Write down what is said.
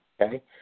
okay